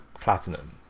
platinum